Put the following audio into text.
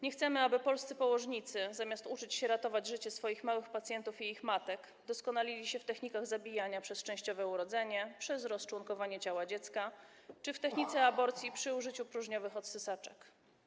Nie chcemy, aby polscy położnicy, zamiast uczyć się ratować życie swoich małych pacjentów i ich matek, doskonalili się w technikach zabijania przez częściowe urodzenie, przez rozczłonkowanie ciała dziecka czy w technice aborcji przy użyciu próżniowych odsysaczek.